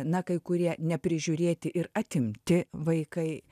na kai kurie neprižiūrėti ir atimti vaikai